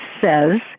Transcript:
says